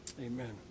Amen